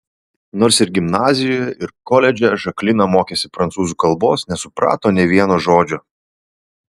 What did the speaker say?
nors ir gimnazijoje ir koledže žaklina mokėsi prancūzų kalbos nesuprato nė vieno žodžio